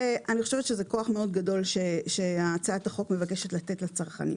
אני חושבת שזה כוח מאוד גדול שהצעת החוק מבקשת לתת לצרכנים.